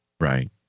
Right